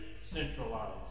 centralized